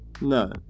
No